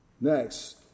Next